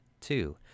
two